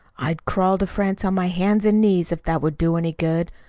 i'd crawl to france on my hands and knees if that would do any good!